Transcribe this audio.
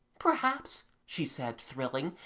perhaps, she said, thrilling,